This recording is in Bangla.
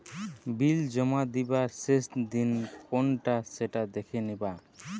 বিল জমা দিবার শেষ দিন কোনটা সেটা দেখে নিবা